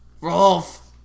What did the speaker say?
Rolf